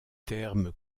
termes